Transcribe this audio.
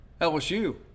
LSU